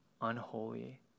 unholy